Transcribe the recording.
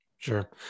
Sure